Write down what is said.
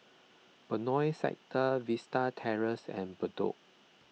Benoi Sector Vista Terrace and Bedok